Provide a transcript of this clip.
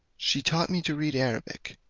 she taught me to read arabic,